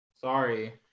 Sorry